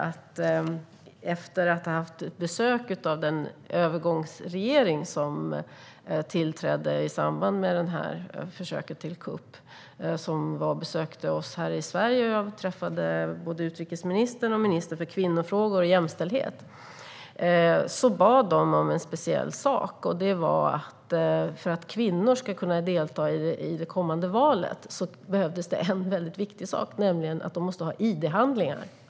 Vi hade ett besök i Sverige av den övergångsregering som tillträdde i samband med det här kuppförsöket. Jag träffade både utrikesministern och ministern för kvinnofrågor och jämställdhet. De bad om en speciell sak. För att kvinnor skulle kunna delta i det kommande valet behövdes det en viktig sak. De måste nämligen ha id-handlingar.